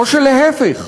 או להפך,